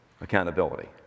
Accountability